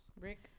Rick